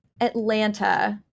atlanta